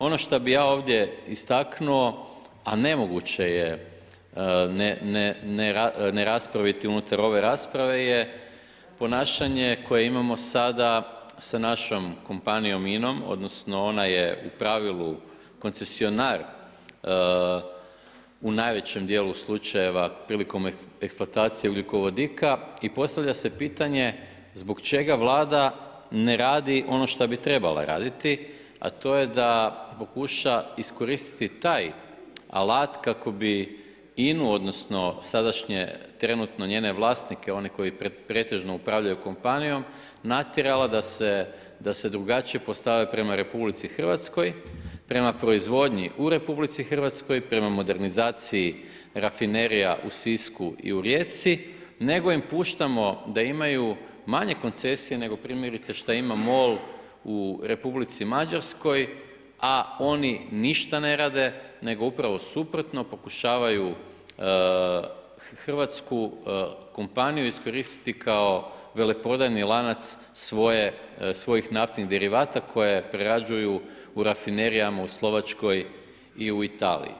Ono šta bi ja ovdje istaknuo, a nemoguće je neraspraviti unutar ove rasprave unutar ove rasprave je ponašanje koje imamo sada sa našom kompanijom INA-om, odnosno ona je koncesionar u najvećem dijelu slučajeva prilikom eksploatacije ugljikovodika i postavlja se pitanje zbog čega Vlada ne radi ono što bi trebala raditi, a to je da pokuša iskoristiti taj alat kako bi INU odnosno sadašnje trenutno njene vlasnike koji pretežno upravljaju kompanijom, natjerala da se drugačije postave prema Republici Hrvatskoj, prema proizvodnji u Republici Hrvatskoj, prema modernizaciji rafinerija u Sisku i Rijeci, nego ima puštamo da imaju manje koncesije nego primjerice što ima MOL u Republici Mađarskoj, a oni ništa ne rade nego upravo suprotno pokušavaju hrvatsku kompaniju iskoristiti kao veleprodajni lanac svojih naftnih derivata koje prerađuju u rafinerijama u Slovačkoj i u Italiji.